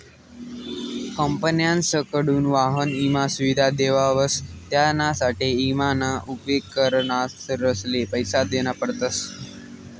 विमा कंपन्यासकडथून वाहन ईमा सुविधा देवावस त्यानासाठे ईमा ना उपेग करणारसले पैसा देना पडतस